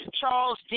Charles